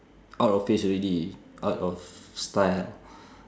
out of phase already out of style